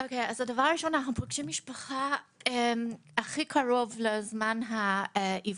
דבר ראשון: אנחנו פוגשים את המשפחה כמה שיותר קרוב לזמן האבחון.